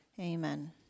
Amen